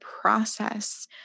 process